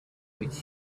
with